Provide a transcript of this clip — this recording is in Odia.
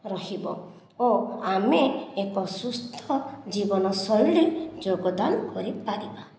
ରହିବ ଓ ଆମେ ଏକ ସୁସ୍ଥ ଜୀବନଶୈଳୀ ଯୋଗଦାନ କରିପାରିବା